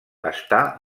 està